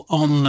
on